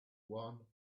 one